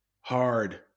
hard